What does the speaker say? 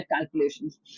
calculations